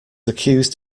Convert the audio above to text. accused